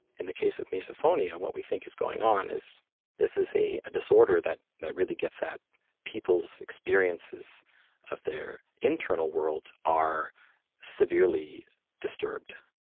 in the case of misophonia, what we think is going on is this is a disorder that that really gets at people's experiences of their internal world are severely disturbed,